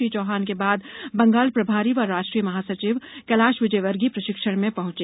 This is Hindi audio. श्री चौहान के बाद के बाद बंगाल प्रभारी व राष्ट्रीय महासचिव कैलाश विजयवर्गीय प्रशिक्षण में पहंचे